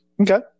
Okay